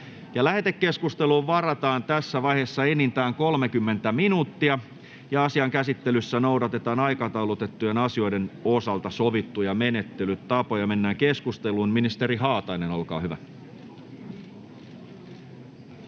Lähetekeskusteluun varataan enintään se 30 minuuttia. Asian käsittelyssä noudatetaan aikataulutettujen asioiden osalta sovittuja menettelytapoja. — Ministeri Leppä, olkaa hyvä.